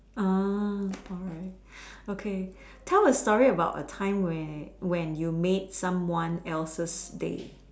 uh alright okay tell a story about a time where when you made someone else's day